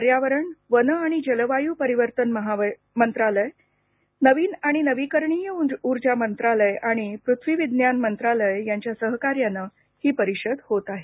पर्यावरण वन आणि जलवायू परिवर्तन मंत्रालय नवीन आणि नविकरणीय ऊर्जा मंत्रालय आणि पृथ्वी विज्ञान मंत्रालय यांच्या सहकार्यानं ही परिषद होत आहे